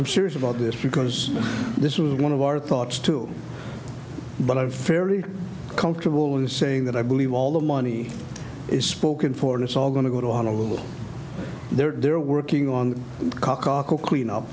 i'm sure is about this because this is one of our thoughts too but i'm fairly comfortable in saying that i believe all the money is spoken for and it's all going to go on a little they're working on clean up